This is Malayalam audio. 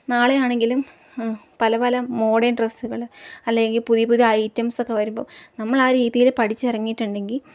നാളെയാണെങ്കിലും പല പല മോഡേൺ ഡ്രസ്സുകൾ അല്ലെങ്കിൽ പുതിയ പുതിയ ഐറ്റംസൊക്കെ വരുമ്പോൾ നമ്മൾ ആ രീതിയിൽ പഠിച്ചിറങ്ങിയിട്ടുണ്ടെങ്കിൽ